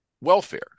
welfare